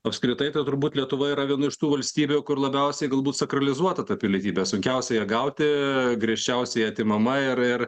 apskritai tai turbūt lietuva yra viena iš tų valstybių kur labiausiai galbūt sakralizuota ta pilietybė sunkiausiai ją gauti griežčiausiai atimama ir ir